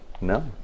No